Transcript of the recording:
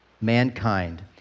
mankind